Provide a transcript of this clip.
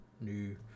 new